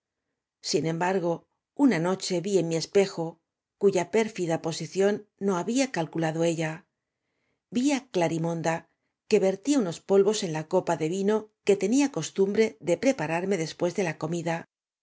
sin embargo una noche vi en mí espejo cuya pérfida posición no había calculado ella vi á clarimonda que vertía uaos polvos en la copa de vino qae tenía costumbre de prepa rarme después de la comida